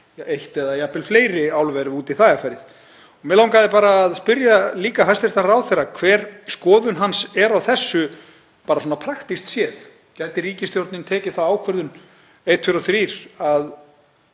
eitt eða jafnvel fleiri álver ef út í það er farið. Mig langaði líka að spyrja hæstv. ráðherra hver skoðun hans er á þessu, bara svona praktískt séð. Gæti ríkisstjórnin tekið þá ákvörðun einn,